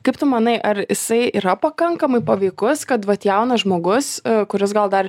kaip tu manai ar jisai yra pakankamai paveikus kad vat jaunas žmogus kuris gal dar